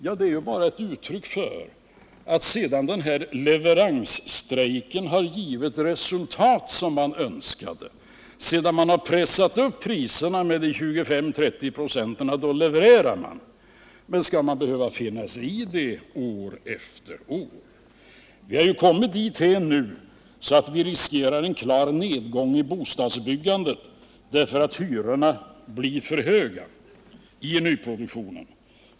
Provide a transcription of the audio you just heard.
Ja, det är ett uttryck för att leveransstrejken har givit det önskade resultatet. När priserna har pressats upp de 25-30 procenten, då kommer leveranserna. Men skall vi behöva finna oss i det år efter år? Vi har kommit dithän nu att vi riskerar en klar nedgång i bostadsbyggandet därför att hyrorna blir för höga i nyproduktionen.